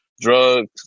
drugs